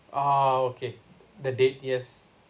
ah okay the date yes